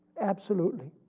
absolutely.